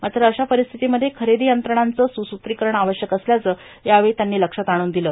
मात्र अशा परिस्थितीमध्ये खरेदी यंत्रणांचे सुसूत्रिकरण आवश्यक असल्याचं यावेळी लक्षात आणून दिले